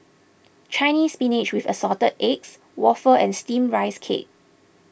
Chinese Spinach with Assorted Eggs Waffle and Steamed Rice Cake